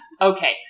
Okay